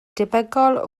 debygol